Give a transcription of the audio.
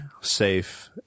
safe